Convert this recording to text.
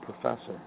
professor